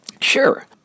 Sure